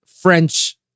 French